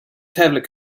tablet